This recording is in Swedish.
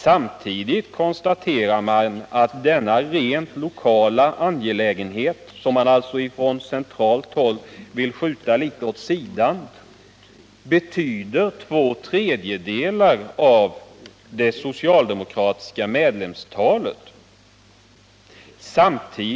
Samtidigt konstaterar man att denna rent lokala angelägenhet, som man från centralt håll vill skjuta litet åt sidan, betyder två tredjedelar av det socialdemokratiska medlemsantalet.